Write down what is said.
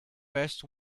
best